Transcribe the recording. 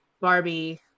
Barbie